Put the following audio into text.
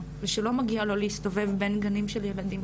ושלא מגיע לו להסתובב בין גנים של ילדים,